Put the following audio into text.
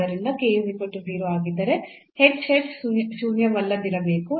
ಆದ್ದರಿಂದ ಆಗಿದ್ದರೆ h h ಶೂನ್ಯವಲ್ಲದಿರಬೇಕು